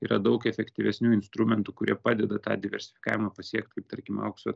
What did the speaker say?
yra daug efektyvesnių instrumentų kurie padeda tą diversifikavimą pasiekt kaip tarkim aukso